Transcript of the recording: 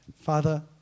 Father